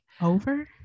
Over